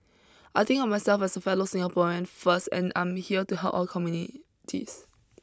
I think of myself as a fellow Singaporean first and I'm here to help all communities